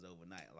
overnight